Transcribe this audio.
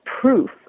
proof